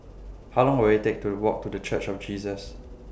How Long Will IT Take to Walk to The Church of Jesus